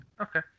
Okay